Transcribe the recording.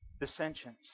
Dissensions